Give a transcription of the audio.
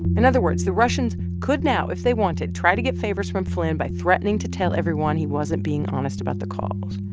in other words, the russians could now, if they wanted, try to get favors from flynn by threatening to tell everyone he wasn't being honest about the calls.